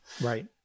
right